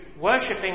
worshipping